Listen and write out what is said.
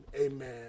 amen